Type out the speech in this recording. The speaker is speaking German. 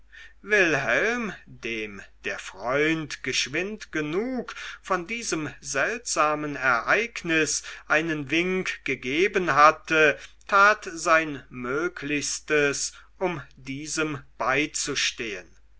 wilhelm dem der freund geschwind genug von diesem seltsamen ereignis einen wink gegeben hatte tat sein mögliches um diesem beizustehen